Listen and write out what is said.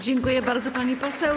Dziękuję bardzo, pani poseł.